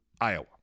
Iowa